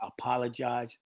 apologize